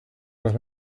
but